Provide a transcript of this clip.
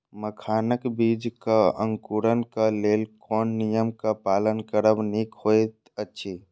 मखानक बीज़ क अंकुरन क लेल कोन नियम क पालन करब निक होयत अछि?